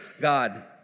God